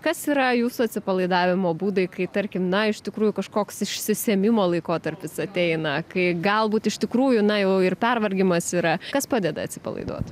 kas yra jūsų atsipalaidavimo būdai kai tarkim na iš tikrųjų kažkoks išsisėmimo laikotarpis ateina kai galbūt iš tikrųjų na jau ir pervargimas yra kas padeda atsipalaiduot